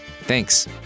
Thanks